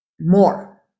more